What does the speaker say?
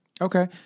Okay